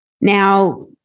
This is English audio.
now